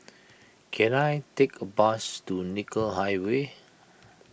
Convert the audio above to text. can I take a bus to Nicoll Highway